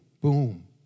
boom